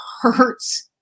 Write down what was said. hurts